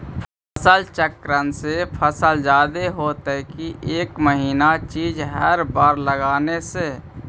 फसल चक्रन से फसल जादे होतै कि एक महिना चिज़ हर बार लगाने से?